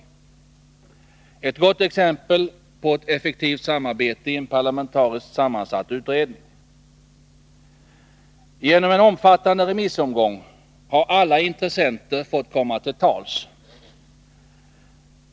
Vi har här ett gott exempel på ett effektivt samarbete i en parlamentariskt sammansatt utredning. Genom en omfattande remissomgång har alla intressenter fått komma till tals.